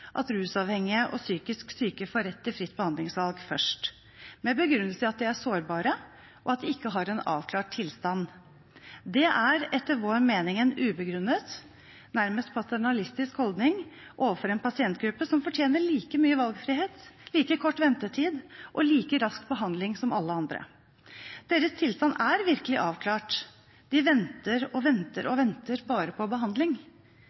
at rusavhengige og psykisk syke får rett til fritt behandlingsvalg først, med begrunnelse i at de er sårbare, og at de ikke har en avklart tilstand. Det er etter vår mening en ubegrunnet, nærmest paternalistisk holdning overfor en pasientgruppe som fortjener like mye valgfrihet, like kort ventetid og like rask behandling som alle andre. Deres tilstand er virkelig avklart, de venter og venter og venter bare på behandling.